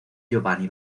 giovanni